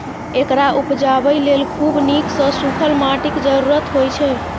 एकरा उपजाबय लेल खूब नीक सं सूखल माटिक जरूरत होइ छै